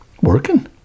Working